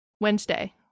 wednesday